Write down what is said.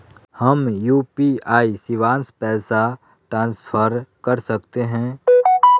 हम यू.पी.आई शिवांश पैसा ट्रांसफर कर सकते हैं?